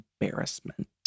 embarrassment